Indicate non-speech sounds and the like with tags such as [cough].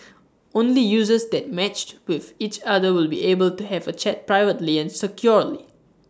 [noise] only users that matched with each other will be able to have A chat privately and securely